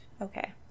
Okay